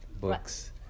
books